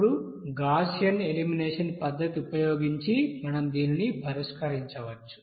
ఇప్పుడు Gaussian elimination పద్ధతిని ఉపయోగించి మనం దీనిని పరిష్కరించవచ్చు